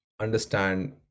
understand